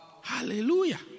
hallelujah